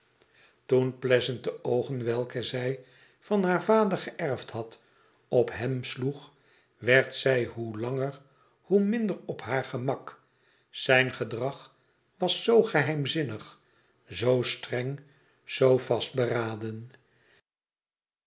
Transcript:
toen pleasant de oogen welke zij van baar vader geërfd had op hem sloeg werd zij hoe langer hoe minder op haar gemak zijn gedrag was zoo geheimzinnig zoo streng zoo vastberaden